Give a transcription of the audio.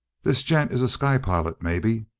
this gent is a sky-pilot, maybe?